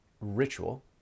ritual